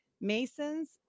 Masons